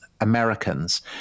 Americans